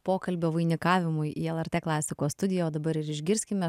pokalbio vainikavimui į lrt klasikos studiją o dabar ir išgirskime